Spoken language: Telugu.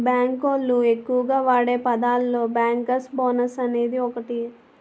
బేంకు లోళ్ళు ఎక్కువగా వాడే పదాలలో బ్యేంకర్స్ బోనస్ అనేది ఒకటి